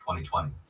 2020